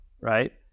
right